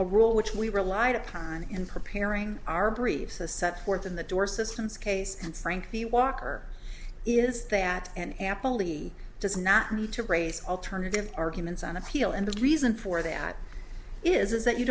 a rule which we relied upon in preparing our briefs as set forth in the door system's case and frankly walker is that an ample lady does not need to raise alternative arguments on appeal and the reason for that is that you